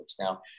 Now